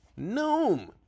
Noom